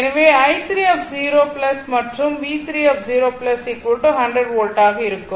எனவே i30 மற்றும் V30 100 volt ஆக இருக்கும்